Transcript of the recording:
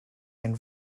and